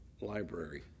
library